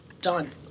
Done